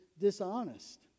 dishonest